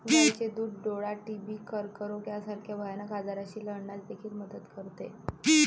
गायीचे दूध डोळा, टीबी, कर्करोग यासारख्या भयानक आजारांशी लढण्यास देखील मदत करते